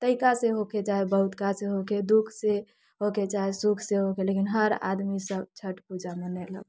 तनिका से होके चाहै बहुतका से होके दुःख से होके चाहै सुख से होके लेकिन हर आदमी सभ छठि पूजा मनेलक